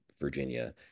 Virginia